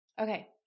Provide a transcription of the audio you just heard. Okay